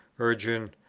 urgent,